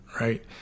right